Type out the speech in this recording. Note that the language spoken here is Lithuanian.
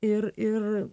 ir ir